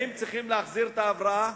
האם צריכים להחזיר את ההבראה